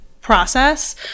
process